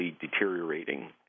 deteriorating